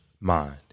mind